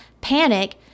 panic